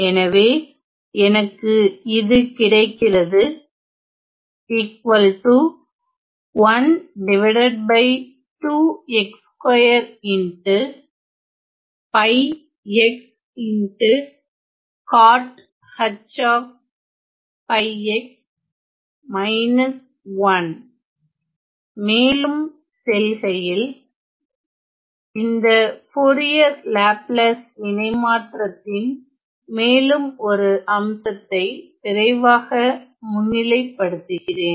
எனவே எனக்கு இது கிடைக்கிறது மேலும் செல்கையில் இந்த போரியர் லாப்லாஸ் இணைமாற்றத்தின் மேலும் ஒரு அம்சத்தை விரைவாக முன்னிலைப்படுத்துகிறேன்